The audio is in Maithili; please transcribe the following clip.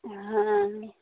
हँ